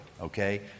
okay